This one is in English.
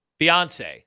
Beyonce